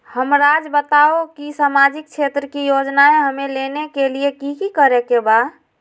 हमराज़ बताओ कि सामाजिक क्षेत्र की योजनाएं हमें लेने के लिए कि कि करे के बा?